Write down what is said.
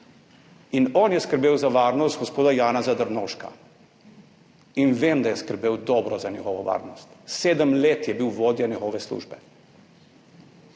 In on je skrbel za varnost gospoda Janeza Drnovška. In vem, da je skrbel dobro za njegovo varnost, sedem let je bil vodja njegove službe.